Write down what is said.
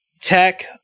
tech